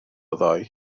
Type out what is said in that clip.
ddoe